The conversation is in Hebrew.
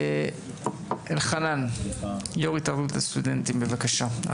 אלחנן, יושב-ראש התאחדות הסטודנטים, בבקשה.